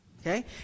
Okay